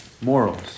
morals